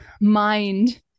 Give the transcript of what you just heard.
mind